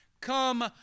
come